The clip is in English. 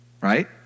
Right